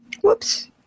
whoops